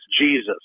Jesus